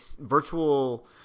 virtual